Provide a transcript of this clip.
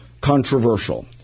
controversial